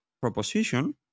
proposition